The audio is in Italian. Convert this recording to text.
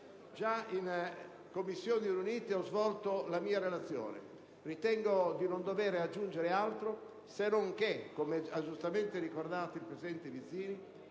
di Commissioni riunite ho svolto la mia relazione. Ritengo di non dover aggiungere altro se non che, come ha giustamente ricordato il presidente Vizzini,